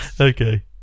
Okay